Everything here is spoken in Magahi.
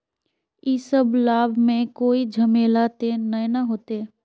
इ सब लाभ में कोई झमेला ते नय ने होते?